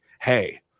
hey